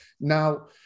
Now